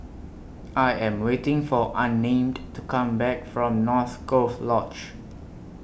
I Am waiting For Unnamed to Come Back from North Coast Lodge